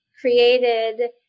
created